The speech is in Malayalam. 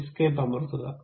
എസ്കേപ്പ് അമർത്തുക